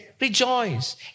rejoice